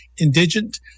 Indigent